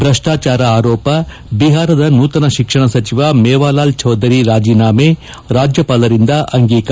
ಟ್ರಷ್ಲಾಚಾರ ಆರೋಪ ಬಿಹಾರ ನೂತನ ಶಿಕ್ಷಣ ಸಚಿವ ಮೇವಾಲಾಲ್ ಚೌಧರಿ ರಾಜೀನಾಮೆ ರಾಜ್ಯಪಾಲರಿಂದ ಅಂಗೀಕಾರ